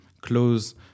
close